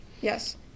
Yes